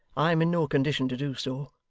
i am in no condition to do so.